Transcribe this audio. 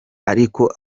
ariko